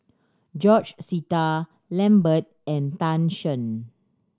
George Sita Lambert and Tan Shen